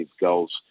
goals